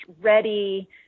ready